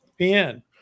PN